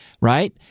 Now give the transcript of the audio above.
right